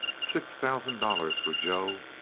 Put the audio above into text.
six thousand dollars for joe.